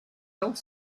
health